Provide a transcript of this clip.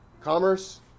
commerce